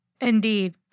Indeed